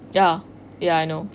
ya ya I know